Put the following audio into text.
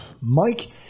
Mike